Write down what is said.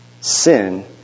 Sin